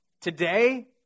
Today